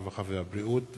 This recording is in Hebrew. הרווחה והבריאות,